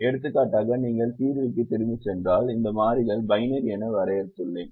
எடுத்துக்காட்டாக நீங்கள் தீர்விக்குத் திரும்பிச் சென்றால் இந்த மாறிகள் பைனரி என வரையறுத்துள்ளேன்